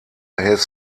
hess